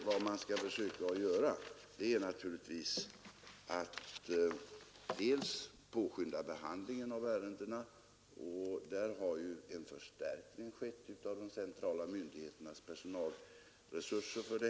Vad man skall försöka göra är naturligtvis att påskynda behandlingen av ärendena, och där har en förstärkning skett av de centrala myndigheternas personalresurser.